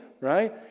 right